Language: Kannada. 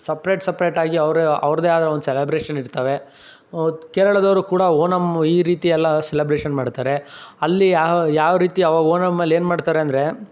ಸಪ್ರೇಟ್ ಸಪ್ರೇಟಾಗಿ ಅವ್ರ ಅವ್ರದ್ದೇ ಆದ ಒಂದು ಸೆಲೆಬ್ರೇಷನ್ ಇರ್ತವೆ ಕೇರಳದವರೂ ಕೂಡ ಓಣಮ್ ಈ ರೀತಿಯೆಲ್ಲ ಸೆಲೆಬ್ರೇಷನ್ ಮಾಡ್ತಾರೆ ಅಲ್ಲಿ ಯಾವ ರೀತಿ ಅವು ಓಣಮ್ಮಲ್ಲಿ ಏನು ಮಾಡ್ತಾರೆ ಅಂದರೆ